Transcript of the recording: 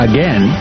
Again